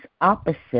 opposite